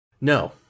No